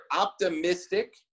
optimistic